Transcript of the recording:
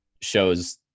shows